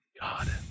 God